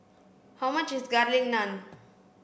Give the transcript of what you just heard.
how much is garlic naan